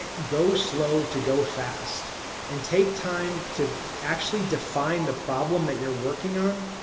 go slow to go fast and take time to actually define the problem that you're working on.